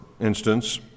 instance